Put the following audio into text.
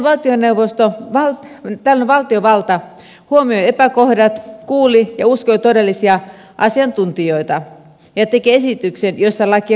tällöin valtiovalta huomioi epäkohdat kuuli ja uskoi todellisia asiantuntijoita ja teki esityksen jossa lakia korjattiin